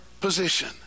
position